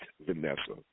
Vanessa